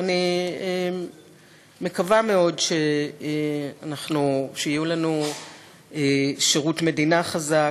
ואני מקווה מאוד שיהיו לנו שירות מדינה חזק